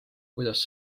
kuidas